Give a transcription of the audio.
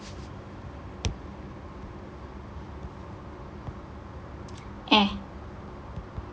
eh